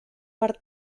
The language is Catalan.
per